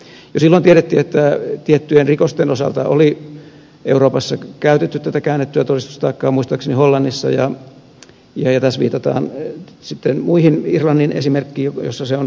jo silloin tiedettiin että tiettyjen rikosten osalta oli euroopassa käytetty tätä käännettyä todistustaakkaa muistaakseni hollannissa ja tässä viitataan sitten muihin irlannin esimerkkiin jossa se on toiminut hyvin